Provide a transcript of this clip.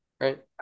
right